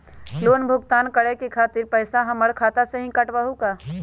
Loan भुगतान करे के खातिर पैसा हमर खाता में से ही काटबहु का?